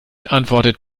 antwortet